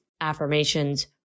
affirmations